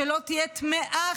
שלא תהיה טמאה,